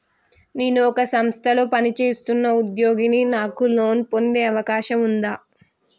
నేను ఒక సంస్థలో పనిచేస్తున్న ఉద్యోగిని నాకు లోను పొందే అవకాశం ఉందా?